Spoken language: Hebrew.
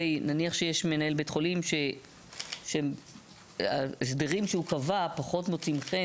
נניח שיש מנהל בית החולים שההסדרים שהוא קבע פחות מוצאים חן